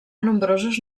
nombrosos